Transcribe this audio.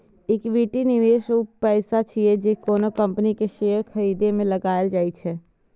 equity निवेश ऊ पैसा छियै, जे कोनो कंपनी के शेयर खरीदे मे लगाएल जाइ छै